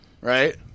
right